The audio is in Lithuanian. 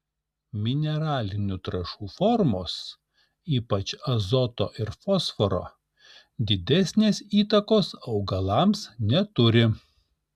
mineralinių trąšų formos ypač azoto ir fosforo didesnės įtakos augalams neturi